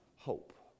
Hope